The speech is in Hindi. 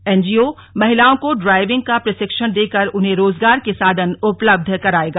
एनजीओ महिलाओं को ड्राइविंग का प्र ाक्षण देकर उन्हे रोजगार के साधन उपलब्ध कराएगा